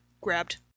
grabbed